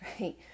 right